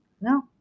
no